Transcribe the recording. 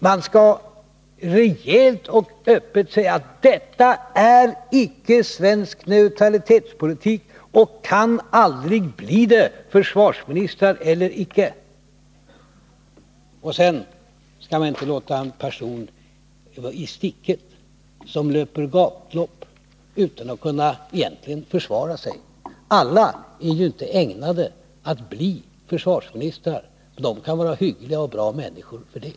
Man skall rejält och öppet säga, att detta icke är svensk neutralitetspolitik och aldrig kan bli det — försvarsministrar eller icke. Sedan skall man inte lämna en person i sticket och låta honom löpa gatlopp utan att egentligen kunna försvara sig. Alla är ju inte ägnade att bli försvarsministrar, men de kan vara hyggliga och bra människor för det.